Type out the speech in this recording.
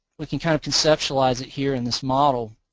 we can kind of conceptualize it here in this model.